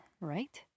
right